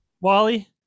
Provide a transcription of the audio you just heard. Wally